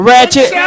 Ratchet